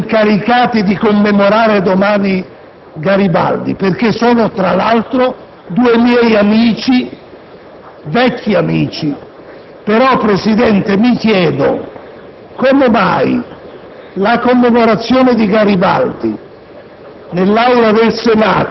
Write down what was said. i due incaricati di commemorare domani Garibaldi, perché, tra l'altro, sono due miei vecchi amici. Tuttavia, signor Presidente, mi chiedo come mai la commemorazione di Garibaldi